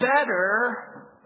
better